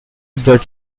jet